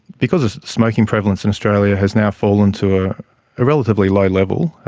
because smoking prevalence in australia has now fallen to a relatively low level,